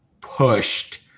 pushed